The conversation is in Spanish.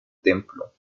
templo